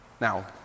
Now